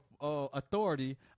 authority